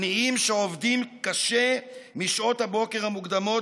עניים שעובדים קשה משעות הבוקר המוקדמות